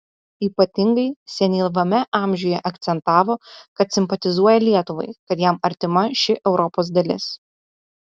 ypatingai senyvame amžiuje akcentavo kad simpatizuoja lietuvai kad jam artima šį europos dalis